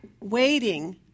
waiting